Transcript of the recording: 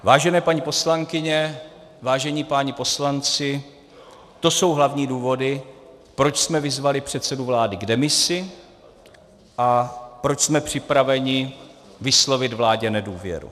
Vážené paní poslankyně, vážení páni poslanci, to jsou hlavní důvody, proč jsme vyzvali předsedu vlády k demisi a proč jsme připraveni vyslovit vládě nedůvěru.